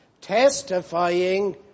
testifying